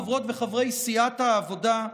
חברות וחברי סיעת העבודה,